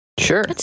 Sure